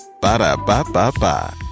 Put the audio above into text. Ba-da-ba-ba-ba